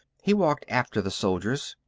he walked after the soldiers.